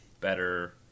better